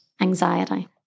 anxiety